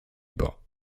über